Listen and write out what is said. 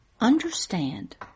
Understand